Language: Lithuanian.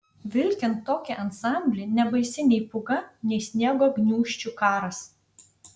vilkint tokį ansamblį nebaisi nei pūga nei sniego gniūžčių karas